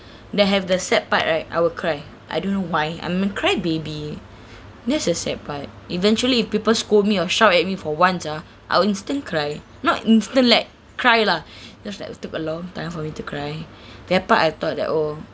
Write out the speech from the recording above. that have the sad part right I will cry I don't know why I'm a cry baby that's a sad part eventually if people scold me or shout at me for once ah I'll instant cry not instant like cry lah just like will took a long time for me to cry that part I thought that oh